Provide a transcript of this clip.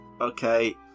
Okay